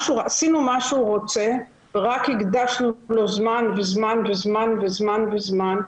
עשינו מה שהוא רוצה ורק הקדשנו לו זמן וזמן וזמן וזמן.